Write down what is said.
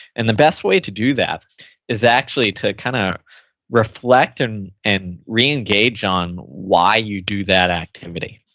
and the best way to do that is actually to kind of reflect and and reengage on why you do that activity.